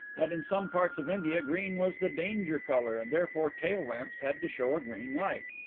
that in some parts of india green was the danger colour and therefore tail lamps had to show a green light.